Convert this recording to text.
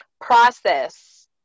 process